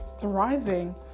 thriving